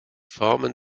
formen